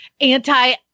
anti